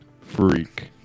freak